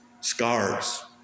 scars